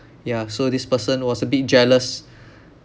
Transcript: ya so this person was a bit jealous